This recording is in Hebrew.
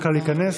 להיכנס.